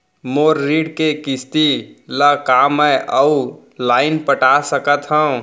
मोर ऋण के किसती ला का मैं अऊ लाइन पटा सकत हव?